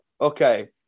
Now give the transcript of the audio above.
okay